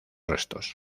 restos